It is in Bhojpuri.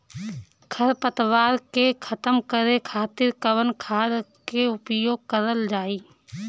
खर पतवार के खतम करे खातिर कवन खाद के उपयोग करल जाई?